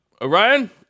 Orion